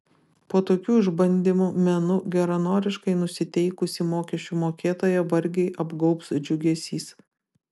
po tokių išbandymų menu geranoriškai nusiteikusį mokesčių mokėtoją vargiai apgaubs džiugesys